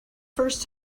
first